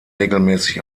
regelmäßig